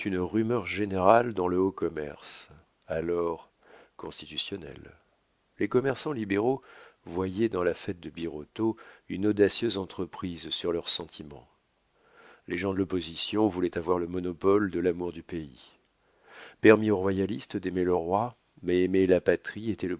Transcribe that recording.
une rumeur générale dans le haut commerce alors constitutionnel les commerçants libéraux voyaient dans la fête de birotteau une audacieuse entreprise sur leurs sentiments les gens de l'opposition voulaient avoir le monopole de l'amour du pays permis aux royalistes d'aimer le roi mais aimer la patrie était